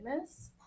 miss